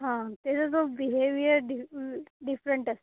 हां ते त तो बिहेवियर डि डिफरेन्ट असते